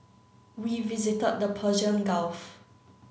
we visited the Persian Gulf